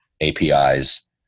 APIs